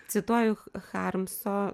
cituoju harmso